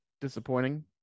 disappointing